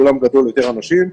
אולם גדול יותר אנשים.